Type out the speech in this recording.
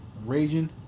Raging